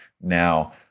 Now